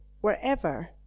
wherever